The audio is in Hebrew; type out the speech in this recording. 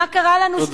מה קרה לנו?